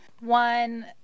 One